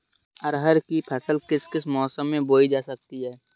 अरहर की फसल किस किस मौसम में बोई जा सकती है?